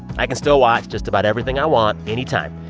i can still watch just about everything i want anytime,